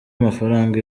amafaranga